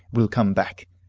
will come back.